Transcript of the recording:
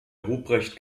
ruprecht